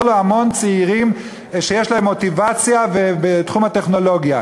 לו המון צעירים שיש להם מוטיבציה בתחום הטכנולוגיה.